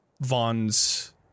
Vaughn's